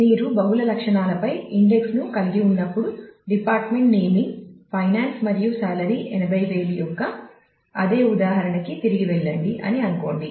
మీరు బహుళ లక్షణాలపై ఇండెక్స్ ను కలిగి ఉన్నప్పుడు డిపార్ట్మెంట్ నేమింగ్ ఫైనాన్స్ మరియు సాలరీ 80000 యొక్క అదే ఉదాహరణకి తిరిగి వెళ్లండి అని అనుకోండి